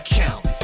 count